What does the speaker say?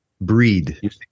Breed